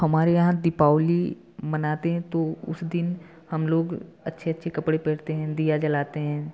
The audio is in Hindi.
हमारे यहाँ दीपावली मनाते हैं तो उस दिन हम लोग अच्छे अच्छे कपड़े पहनते हैं दिया जलाते हैं